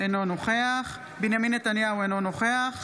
אינו נוכח בנימין נתניהו, אינו נוכח